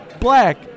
black